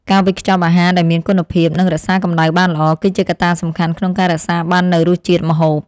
ការវេចខ្ចប់អាហារដែលមានគុណភាពនិងរក្សាកំដៅបានល្អ គឺជាកត្តាសំខាន់ក្នុងការរក្សាបាននូវរសជាតិម្ហូប។